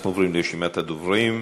אנחנו עוברים לרשימת הדוברים.